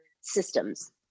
systems